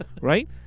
Right